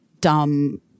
dumb